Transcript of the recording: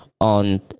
on